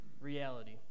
reality